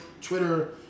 Twitter